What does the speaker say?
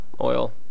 oil